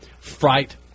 fright